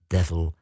Devil